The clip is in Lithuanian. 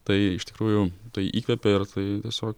tai iš tikrųjų tai įkvepia ir tai tiesiog